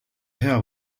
hea